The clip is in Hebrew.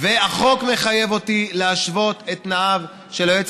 והחוק מחייב אותי להשוות את תנאיו של היועץ